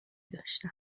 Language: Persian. داشتن